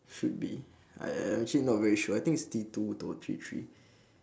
should be I I actually not very sure I think it's T two though T three